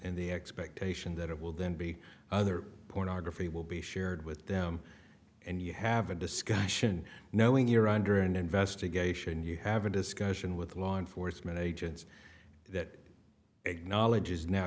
and the expectation that it will then be other pornography will be shared with them and you have a discussion knowing you're under an investigation you have a discussion with law enforcement agents that acknowledges now